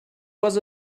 was